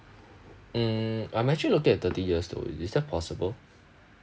mm I'm actually looking at thirty years though is that possible